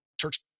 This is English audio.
church